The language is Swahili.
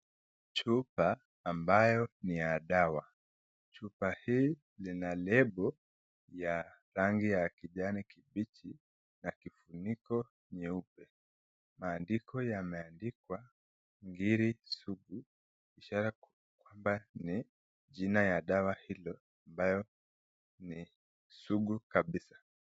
Chupa ambayo ni ya dawa, chupa hii lina lepo ya rangi ya kijani kibichi na kifuniko nyeupe maandiko yameandikwa ngiri sabu ishara kwamba ni jina ya dawa hiyo ambayo ni subu kabisa